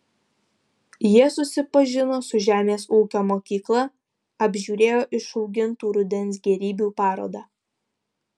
jie susipažino su žemės ūkio mokykla apžiūrėjo išaugintų rudens gėrybių parodą